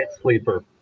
sleeper